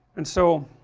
and so